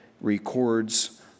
records